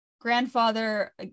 grandfather